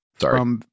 Sorry